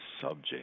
subject